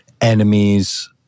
enemies